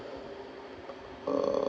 uh